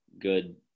good